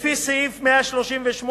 לפי סעיף 138א(ב)